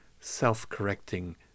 self-correcting